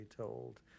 told